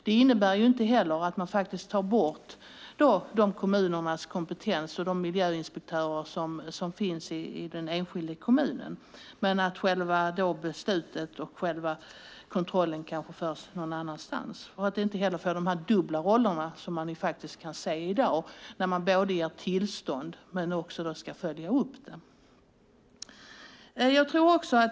Det innebär inte heller att man tar bort den kompetens och de miljöinspektörer som finns i den enskilda kommunen utan bara att själva beslutet och själva kontrollen kanske görs någon annanstans. Man får inte heller de här dubbla rollerna som man faktiskt kan se i dag när man både ger tillstånd och också ska följa upp dem.